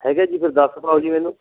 ਹੈਗੇ ਜੀ ਫਿਰ ਦੱਸ ਪਾਉ ਜੀ ਮੈਨੂੰ